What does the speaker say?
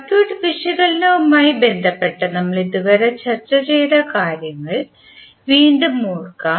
circuit വിശകലനവുമായി ബന്ധപ്പെട്ട് നമ്മൾ ഇതുവരെ ചർച്ച ചെയ്ത കാര്യങ്ങൾ വീണ്ടും ഓർക്കാം